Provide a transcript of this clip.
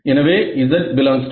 எனவே z ∈ B